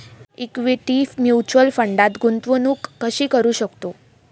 Equity mutual फंडात गुंतवणूक कशी करू शकतो?